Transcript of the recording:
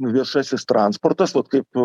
viešasis transportas vat kaip